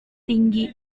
tinggi